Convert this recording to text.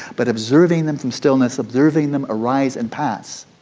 but observing them from stillness, observing them arise and pass.